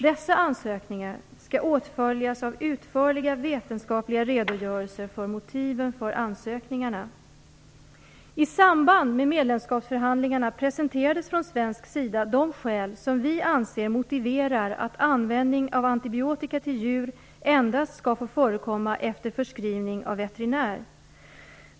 Dessa ansökningar skall åtföljas av utförliga vetenskapliga redogörelser för motiven för ansökningarna. I samband med medlemskapsförhandlingarna presenterades från svensk sida de skäl som vi anser motiverar att användning av antibiotika till djur endast skall få förekomma efter förskrivning av veterinär.